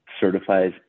certifies